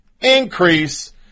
increase